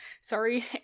Sorry